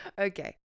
Okay